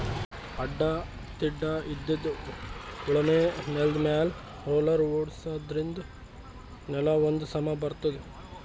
ಅಡ್ಡಾ ತಿಡ್ಡಾಇದ್ದಿದ್ ಉಳಮೆ ನೆಲ್ದಮ್ಯಾಲ್ ರೊಲ್ಲರ್ ಓಡ್ಸಾದ್ರಿನ್ದ ನೆಲಾ ಒಂದ್ ಸಮಾ ಬರ್ತದ್